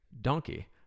Donkey